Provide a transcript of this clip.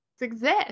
exist